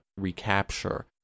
recapture